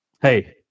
hey